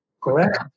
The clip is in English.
correct